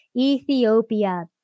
Ethiopia